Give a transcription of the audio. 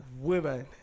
Women